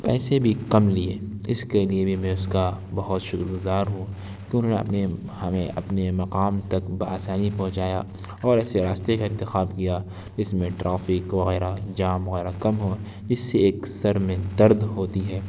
پیسے بھی کم لیے اِس کے لیے بھی میں اُس کا بہت شُکر گُزار ہوں کہ اُنہوں نے اپنے ہمیں اپنے مقام تک بآسانی پہنچایا اور ایسے راستے کا انتخاب کیا جس میں ٹرافک وغیرہ جام وغیرہ کم ہو اِس سے ایک سر میں درد ہوتی ہے